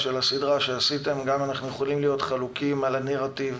הגם שאנחנו יכולים להיות חלוקים על הנרטיב.